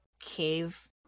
cave